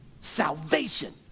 Salvation